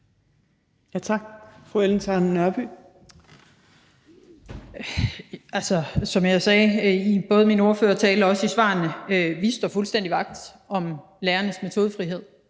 Kl. 14:42 Ellen Trane Nørby (V): Altså, som jeg sagde i både min ordførertale og også i svarene, står vi fuldstændig vagt om lærernes metodefrihed;